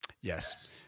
Yes